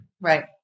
Right